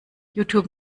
youtube